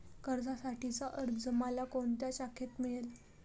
कर्जासाठीचा अर्ज मला कोणत्या शाखेत मिळेल?